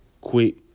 quick